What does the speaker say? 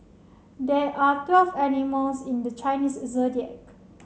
there are twelve animals in the Chinese Zodiac